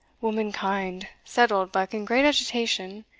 womankind, said oldbuck in great agitation,